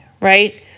right